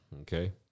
okay